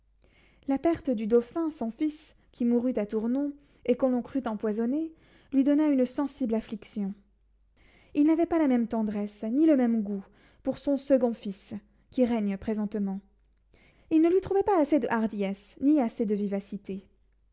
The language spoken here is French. la perte du dauphin son fils qui mourut à tournon et que l'on crut empoisonné lui donna une sensible affliction il n'avait pas la même tendresse ni le même goût pour son second fils qui règne présentement il ne lui trouvait pas assez de hardiesse ni assez de vivacité